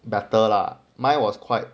better lah mine was quite